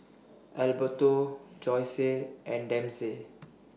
Alberto Joyce and Dempsey